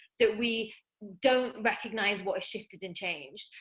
that we don't recognise what has shifted and changed.